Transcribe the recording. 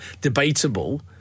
Debatable